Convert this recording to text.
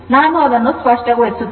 ನಾನು ಅದನ್ನು ಸ್ಪಷ್ಟಗೊಳಿಸುತ್ತೇನೆ